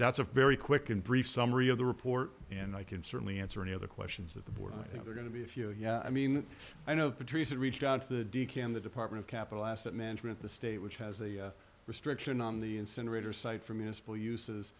that's a very a quick and brief summary of the report and i can certainly answer any other questions that the board think they're going to be a few yeah i mean i know patrice reached out to the d can the department capital asset management the state which has a restriction on the incinerator